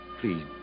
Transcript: please